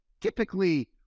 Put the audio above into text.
typically